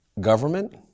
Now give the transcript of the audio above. government